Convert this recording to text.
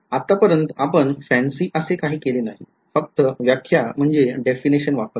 आता पर्यन्त आपण फॅन्सी असे काही केले नाहीफक्त व्याख्या वापरल्या